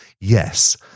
Yes